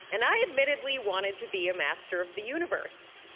and i admittedly wanted to be a master of the universe.